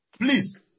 please